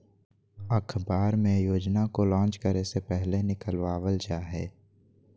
अखबार मे योजना को लान्च करे से पहले निकलवावल जा हय